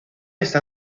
está